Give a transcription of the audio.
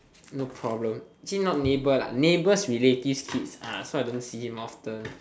no problem actually not neighbour actually not neighbour lah neighbour's relative kids so I don't see him often